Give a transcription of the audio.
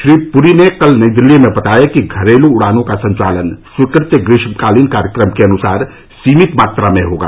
श्री पुरी ने कल नई दिल्ली में बताया कि घरेलू उड़ानों का संचालन स्वीकृत ग्रीष्मकालीन कार्यक्रम के अनुसार सीमित मात्रा में होगा